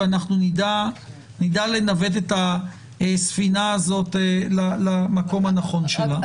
ואנחנו נדע לנווט את הספינה הזאת למקום הנכון שלה.